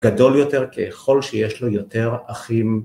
גדול יותר ככל שיש לו יותר אחים.